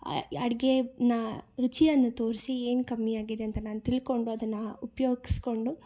ಅಡುಗೆ ನಾ ರುಚಿಯನ್ನು ತೋರಿಸಿ ಏನು ಕಮ್ಮಿಯಾಗಿದೆ ಅಂತ ನಾನು ತಿಳ್ಕೊಂಡು ಅದನ್ನು ಉಪ್ಯೋಗಿಸ್ಕೊಂಡು